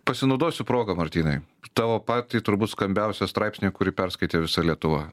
pasinaudosiu proga martynai tavo partijai turbūt skambiausią straipsnį kurį perskaitė visa lietuva